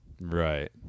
Right